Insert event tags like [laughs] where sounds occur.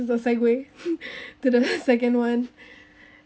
this is a segue [laughs] to the second one